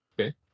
Okay